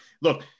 Look